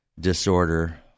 disorder